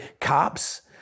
cops